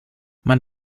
man